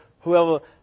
whoever